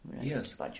Yes